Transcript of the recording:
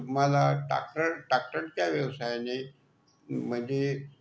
तुम्हाला टाक्टर टाक्टरच्या व्यवसायाने म्हणजे